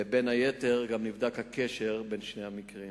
בין היתר, גם נבדק הקשר בין שני המקרים.